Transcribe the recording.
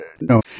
No